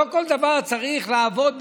לא בכל דבר צריך לעבוד במהירות,